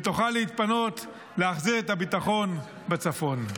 ותוכל להתפנות להחזיר את הביטחון בצפון.